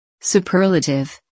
Superlative